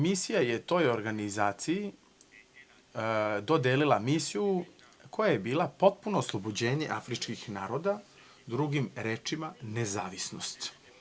Misija je toj organizaciji dodelila misiju koja je bila potpuno oslobođenje afričkih naroda, drugim rečima, nezavisnost.